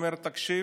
הוא אומר: תקשיב,